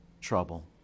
trouble